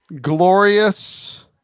Glorious